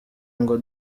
ngo